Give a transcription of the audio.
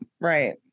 Right